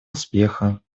успеха